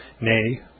nay